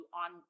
on